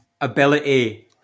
ability